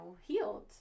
healed